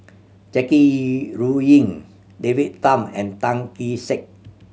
Jackie Yi Ru Ying David Tham and Tan Kee Sek